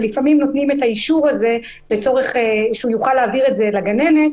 אבל לפעמים נותנים את האישור הזה שהוא יוכל להעביר את זה לגננת,